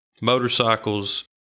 motorcycles